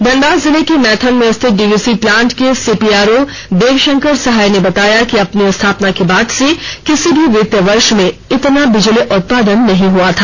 धनबाद जिले के मैथन में स्थित डीवीसी प्लांट के सीपीआरओ देवशंकरसहाय ने बताया कि अपनी स्थापना के बाद से किसी भी वित्तीय वर्ष में इतना बिजली उत्पादन नहीं हुआ था